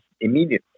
immediately